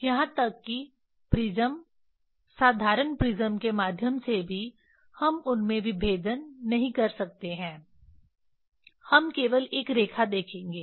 यहां तक की प्रिज्म साधारण प्रिज्म के माध्यम से भी हम उनमें विभेदन नहीं कर सकते हैं हम केवल एक रेखा देखेंगे